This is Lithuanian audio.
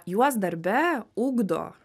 juos darbe ugdo